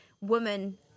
woman